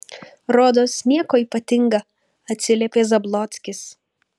rodos nieko ypatinga atsiliepė zablockis